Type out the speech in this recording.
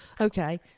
Okay